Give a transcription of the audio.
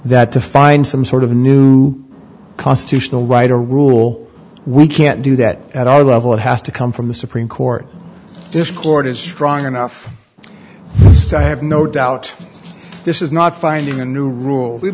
that to find some sort of new constitutional right to rule we can't do that at our level it has to come from the supreme court this court is strong enough to have no doubt this is not finding a new rule we've